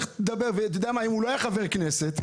או אם הוא לא היה חבר כנסת,